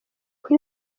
kuri